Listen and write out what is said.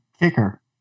Kicker